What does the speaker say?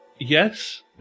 Yes